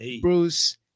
Bruce